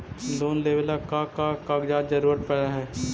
Loan लेवेला का का कागजात जरूरत पड़ हइ?